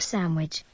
Sandwich